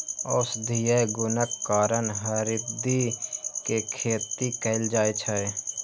औषधीय गुणक कारण हरदि के खेती कैल जाइ छै